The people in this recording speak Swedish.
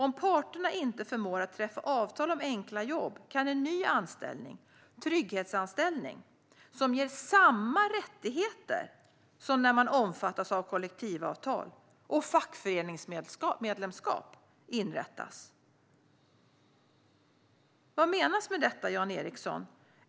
Om parterna inte förmår att träffa avtal om enkla jobb kan en ny anställning, trygghetsanställning, som ger samma rättigheter som när man omfattas av kollektivavtal och fackföreningsmedlemskap inrättas. Vad menas med detta, Jan Ericson?